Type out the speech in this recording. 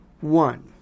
one